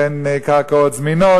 ואין קרקעות זמינות,